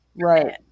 right